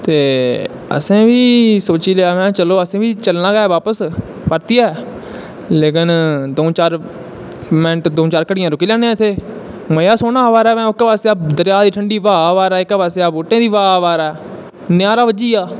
ते असैं बी सोची लेआ कि असैं बी चलना गै ऐ बापस परतियै लेकिन दऊं चार मैंट दऊं चार घड़ियां रुकी लैन्ने आं इत्थें मजा सोह्ना अवा'रै ओह्कै पास्सेआ दरिया दी ठंडी ब्हा अवा'रै एह्कै पास्से दा बूह्टें दी ब्हा अवा'रै नजारा बज्जिया